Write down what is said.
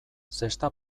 zesta